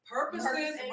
Purposes